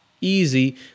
easy